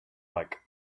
like